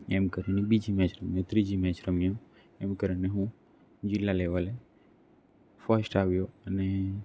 એમ કરીને બીજી મેચ રમ્યો અને ત્રીજી મેચ રમ્યો એમ કરીને હું જિલ્લા લેવલે ફર્સ્ટ આવ્યો અને